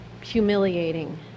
humiliating